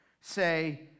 say